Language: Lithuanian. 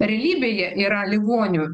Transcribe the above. realybėje yra ligonių